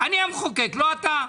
אני המחוקק, לא אתה.